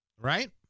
Right